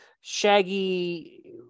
shaggy